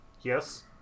Yes